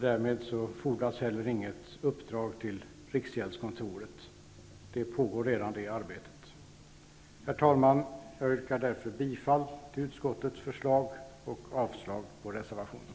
Därmed fordras inte heller något uppdrag till riksgäldskontoret. Det arbetet pågår redan. Herr talman! Jag yrkar därför bifall till utskottes hemställan och avslag på reservationen.